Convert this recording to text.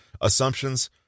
assumptions